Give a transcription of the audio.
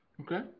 Okay